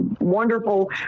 wonderful